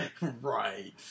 Right